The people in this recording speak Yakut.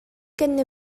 кэннэ